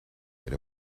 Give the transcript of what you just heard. get